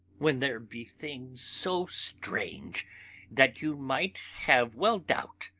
when there be things so strange that you might have well doubt.